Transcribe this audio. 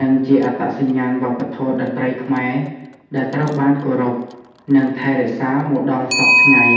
និងជា អត្តសញ្ញាណវប្បធម៌តន្ត្រីខ្មែរ ដែលត្រូវបានគោរព និងថែរក្សាមកដល់សព្វថ្ងៃ។